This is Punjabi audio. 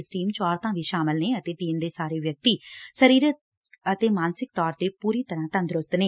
ਇਸ ਟੀਮ ਚ ਔਰਤਾਂ ਵੀ ਸ਼ਾਮਲ ਨੇ ਅਤੇ ਟੀਮ ਦੇ ਸਾਰੇ ਵਿਅਕਤੀ ਸਰੀਰਕ ਅਤੇ ਮਾਨਸਿਕ ਤੌਰ ਤੇ ਪੁਰੀ ਤਰ਼ਾਂ ਤੰਦਰੁਸਤ ਨੇ